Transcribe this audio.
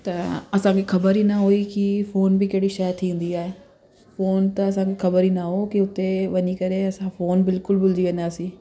त असांखे ख़बर ई न हुई कि फ़ोन बि कहिड़ी शइ थींदी आहे फ़ोन त असांखे ख़बर ई न हो कि हुते वञी करे असां फ़ोन बिल्कुलु भुलिजी वेंदासीं